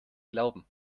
glauben